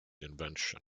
invention